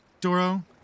Doro